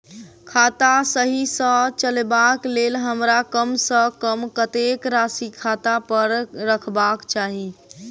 खाता सही सँ चलेबाक लेल हमरा कम सँ कम कतेक राशि खाता पर रखबाक चाहि?